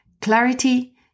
Clarity